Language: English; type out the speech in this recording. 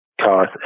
cars